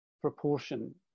proportion